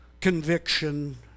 conviction